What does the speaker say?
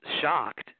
shocked